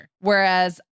Whereas